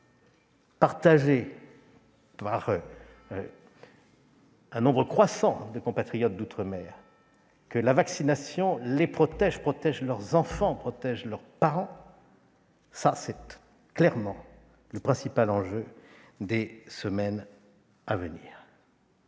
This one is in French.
partagée par un nombre croissant de compatriotes d'outre-mer, que la vaccination les protège, protège leurs enfants et protège leurs parents, tel est le principal enjeu des semaines à venir.